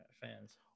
fans